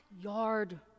yard